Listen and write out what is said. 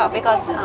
ah because